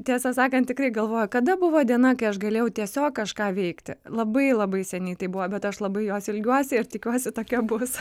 tiesą sakant tikrai galvoju kada buvo diena kai aš galėjau tiesiog kažką veikti labai labai seniai tai buvo bet aš labai jos ilgiuosi ir tikiuosi tokia bus